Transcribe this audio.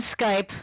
Skype